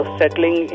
settling